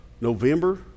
November